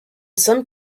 some